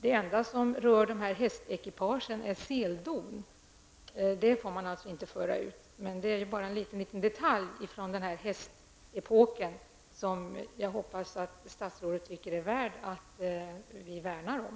Det enda som rör dessa hästekipage är bestämmelser om seldon. Dessa får man alltså inte föra ut. Men de utgör bara en liten detalj i denna hästepok som jag hoppas att statsrådet anser är värd att värna om.